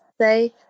say